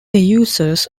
uses